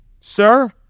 Sir